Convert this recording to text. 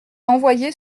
envoyer